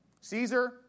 Caesar